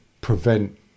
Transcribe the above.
prevent